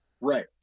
Right